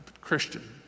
Christian